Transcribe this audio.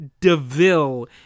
DeVille